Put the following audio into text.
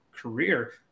Career